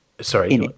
sorry